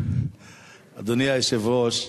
אדוני היושב-ראש,